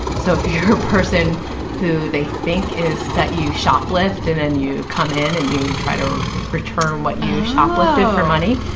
so if you're a person who they think is that you shoplift and then and you come in and you try to return what you've shoplifted for money.